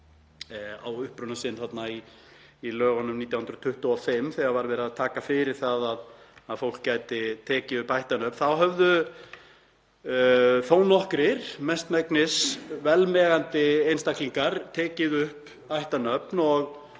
á uppruna sinn í lögunum 1925 þegar verið var að taka fyrir það að fólk gæti tekið upp ættarnöfn. Þá höfðu þó nokkrir, mestmegnis velmegandi einstaklingar, tekið upp ættarnöfn